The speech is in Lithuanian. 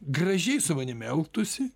gražiai su manim elgtųsi